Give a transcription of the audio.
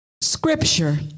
scripture